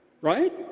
Right